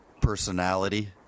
personality